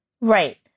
Right